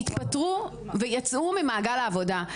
אני מכירה באופן אישי נשים שהן לא רופאות שהתפטרו ויצאו ממעגל העבודה.